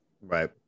Right